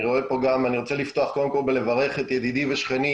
אני רוצה לפתוח קודם כל בלברך את ידידי ושכני,